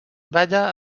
balla